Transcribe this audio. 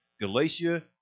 Galatia